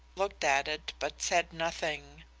looked at it, but said nothing.